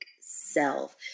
self